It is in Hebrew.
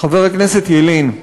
חבר הכנסת ילין.